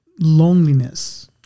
loneliness